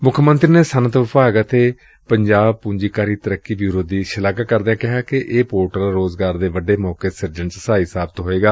ਮੁੱਖ ਮੰਤਰੀ ਨੇ ਸੱਨਅਤ ਵਿਭਾਗ ਅਤੇ ਪੰਜਾਬ ਪੂੰਜੀਕਾਰੀ ਤਰੱਕੀ ਬਿਊਰੋ ਦੀ ਸ਼ਲਾਘਾ ਕਰਦਿਆਂ ਕਿਹਾ ਕਿ ਇਹ ਪੋਰਟਲ ਰੋਜ਼ਗਾਰ ਦੇ ਵੱਡੇ ਮੌਕੇ ਸਿਰਜਣ ਚ ਸਹਾਈ ਸਾਬਤ ਹੋਵੈਗਾ